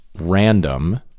random